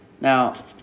Now